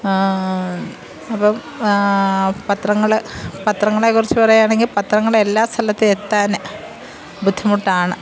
അപ്പോൾ പത്രങ്ങൾ പത്രങ്ങളെ കുറിച്ച് പറയുകയാണെങ്കിൽ പത്രങ്ങൾ എല്ലാ സ്ഥലത്തും എത്താൻ ബുദ്ധിമുട്ടാണ്